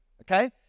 Okay